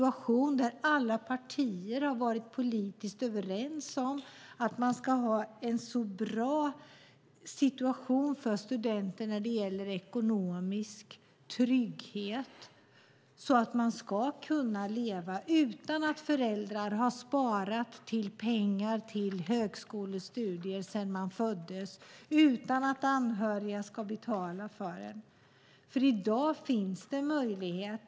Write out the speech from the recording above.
Alla partier har varit politiskt överens om att studenterna ska ha en så bra ekonomisk trygghet som möjligt så att man klarar sig utan att föräldrarna har sparat till högskolestudier sedan man föddes och utan att anhöriga ska betala för en. I dag finns det möjlighet.